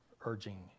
urging